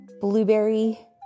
blueberry